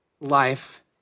life